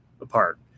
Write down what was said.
apart